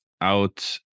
out